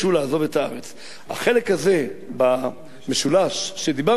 החלק הזה במשולש שדיברנו עליו עדיין חסר.